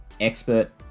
expert